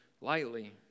lightly